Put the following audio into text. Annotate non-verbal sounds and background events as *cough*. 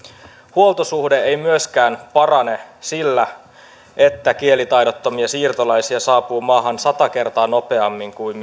huoltosuhde ei myöskään parane sillä että kielitaidottomia siirtolaisia saapuu maahan sata kertaa nopeammin kuin *unintelligible*